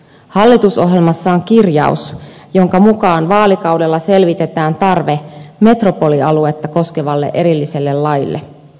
hallitusohjelmassa on kirjaus jonka mukaan vaalikaudella selvitetään tarve metropolialuetta koskevalle erilliselle laille